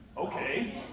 Okay